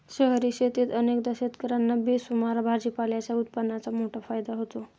शहरी शेतीत अनेकदा शेतकर्यांना बेसुमार भाजीपाल्याच्या उत्पादनाचा मोठा फायदा होतो